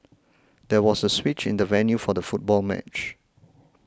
there was a switch in the venue for the football match